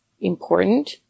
important